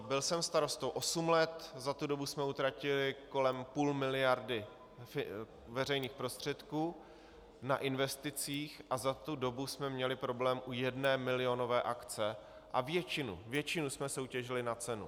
Byl jsem starostou osm let, za tu dobu jsme utratili kolem půl miliardy veřejných prostředků na investicích a za tu dobu jsme měli problém u jedné milionové akce a většinu jsme soutěžili na cenu.